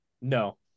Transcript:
No